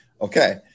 Okay